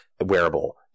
wearable